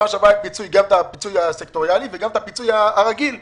פעם שעברה היה גם פיצוי סקטוריאלי וגם פיצוי רגיל שנתתם.